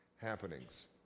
happenings